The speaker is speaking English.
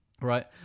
right